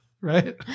Right